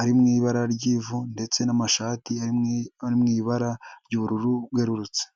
ari mu ibara ry'ivu ndetse n'amashati ari mu ibara ry'ubururu bwerurutse.